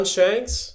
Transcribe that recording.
Shanks